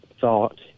thought